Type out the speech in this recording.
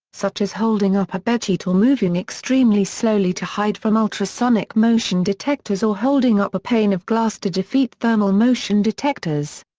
such as holding up a bedsheet or moving extremely slowly to hide from ultrasonic motion detectors or holding up a pane of glass to defeat thermal motion detectors.